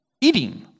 eating